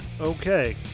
Okay